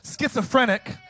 schizophrenic